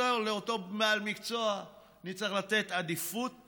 לאותו בעל מקצוע אני צריך לתת עדיפות